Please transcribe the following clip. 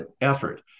effort